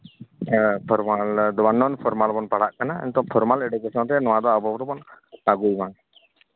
ᱦᱮᱸ ᱯᱷᱚᱨᱢᱟᱞ ᱫᱚ ᱵᱟᱝᱟ ᱱᱚᱱ ᱯᱷᱚᱨᱢᱟᱞ ᱵᱚᱱ ᱯᱟᱲᱦᱟᱜ ᱠᱟᱱᱟ ᱱᱤᱛᱚᱜ ᱯᱷᱚᱨᱢᱟᱞ ᱮᱰᱩᱠᱮᱥᱚᱱ ᱨᱮ ᱱᱤᱛᱚᱜ ᱟᱵᱚ ᱫᱚᱵᱚᱱ ᱟᱹᱜᱩᱭ ᱢᱟ